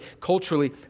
culturally